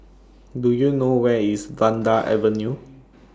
Do YOU know Where IS Vanda Avenue